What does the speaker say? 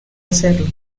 hacerlo